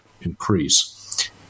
increase